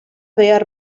behar